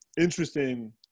interesting